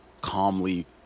calmly